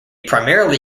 primarily